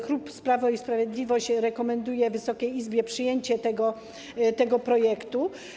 Klub Prawo i Sprawiedliwość rekomenduje Wysokiej Izbie przyjęcie tego projektu.